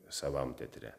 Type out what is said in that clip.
savam teatre